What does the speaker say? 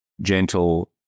gentle